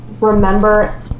remember